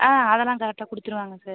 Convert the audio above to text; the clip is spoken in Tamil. ஆ அதெல்லாம் கரெக்டாக கொடுத்துடுவாங்க சார்